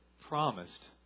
promised